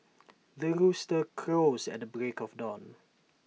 the rooster crows at the break of dawn